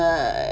err